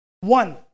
One